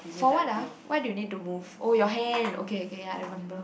for what ah what you need to move oh your hand okay okay ya I remember